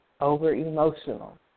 over-emotional